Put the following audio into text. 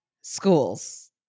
schools